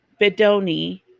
Bedoni